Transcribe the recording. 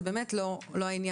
זה באמת לא העניין.